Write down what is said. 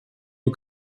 you